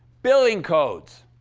billing codes